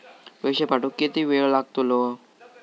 पैशे पाठवुक किती वेळ लागतलो?